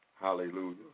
Hallelujah